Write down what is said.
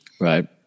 Right